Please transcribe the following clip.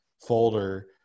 folder